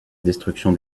destruction